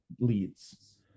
leads